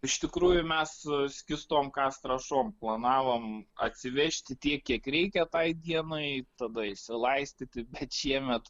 iš tikrųjų mes su skystom kas trąšom planavom atsivežti tiek kiek reikia tai dienai tada išsilaistyti bet šiemet